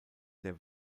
der